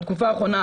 בתקופה האחרונה,